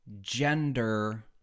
gender